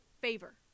favor